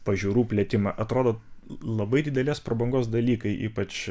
pažiūrų plėtimą atrodo labai didelės prabangos dalykai ypač